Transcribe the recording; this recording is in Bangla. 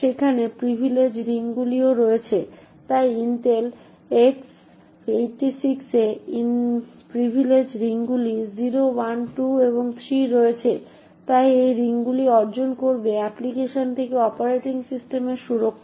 সেখানে প্রিভিলেজ রিংগুলিও রয়েছে তাই ইন্টেল x86 এ প্রিভিলেজ রিংগুলি 0 1 2 এবং 3 রয়েছে তাই এই রিংগুলি অর্জন করবে অ্যাপ্লিকেশন থেকে অপারেটিং সিস্টেমের সুরক্ষা